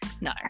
No